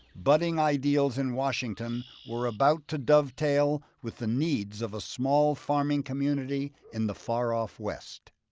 budding ideals in washington were about to dovetail with the needs of a small farming community in the far off west.